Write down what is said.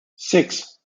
six